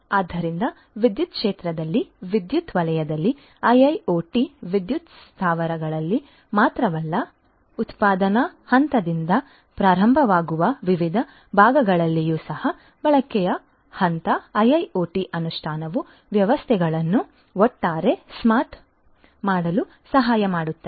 ಆದ್ದರಿಂದ ವಿದ್ಯುತ್ ಕ್ಷೇತ್ರದಲ್ಲಿ ವಿದ್ಯುತ್ ವಲಯದಲ್ಲಿ ಐಐಒಟಿ ವಿದ್ಯುತ್ ಸ್ಥಾವರಗಳಲ್ಲಿ ಮಾತ್ರವಲ್ಲ ಉತ್ಪಾದನಾ ಹಂತದಿಂದ ಪ್ರಾರಂಭವಾಗುವ ವಿವಿಧ ಭಾಗಗಳಲ್ಲಿಯೂ ಸಹ ಬಳಕೆಯ ಹಂತ IIoT ಅನುಷ್ಠಾನವು ವ್ಯವಸ್ಥೆಗಳನ್ನು ಒಟ್ಟಾರೆ ಸ್ಮಾರ್ಟ್ ಮಾಡಲು ಸಹಾಯ ಮಾಡುತ್ತದೆ